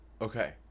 Okay